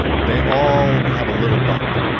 they all have a little bump.